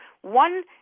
One